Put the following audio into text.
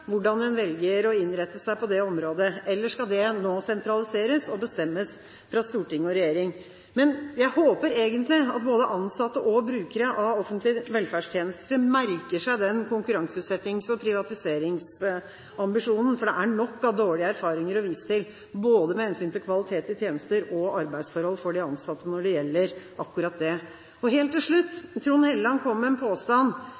hvordan en velger å innrette seg på det området, eller skal det nå sentraliseres og bestemmes av storting og regjering? Men jeg håper egentlig at både ansatte og brukere av offentlige velferdstjenester merker seg den konkurranseutsettings- og privatiseringsambisjonen, for det er nok av dårlige erfaringer å vise til, både med hensyn til kvalitet i tjenester og arbeidsforhold for de ansatte når det gjelder akkurat dette. Helt til